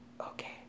Okay